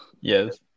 Yes